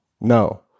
No